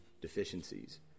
deficiencies